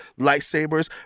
lightsabers